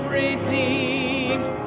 redeemed